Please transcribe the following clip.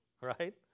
right